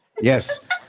Yes